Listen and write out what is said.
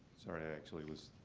sorry, i actually was